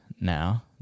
Now